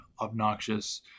obnoxious